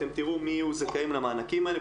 ואתם תראו מי יהיו זכאים למענקים האלה.